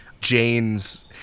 Jane's